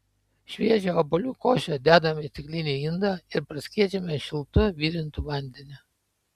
šviežią obuolių košę dedame į stiklinį indą ir praskiedžiame šiltu virintu vandeniu